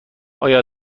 آیا